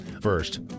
First